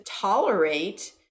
tolerate